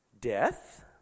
Death